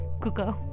Cooker